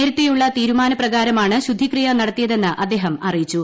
നേരത്തെയുള്ള തീരുമാനപ്രകാരമാണ് ശുദ്ധിക്രിയ നടത്തിയതെന്ന് അദ്ദേഹം അറിയിച്ചു